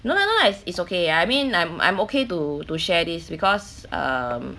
no lah no lah it's it's okay I mean I'm I'm okay to to share this because um